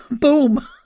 boom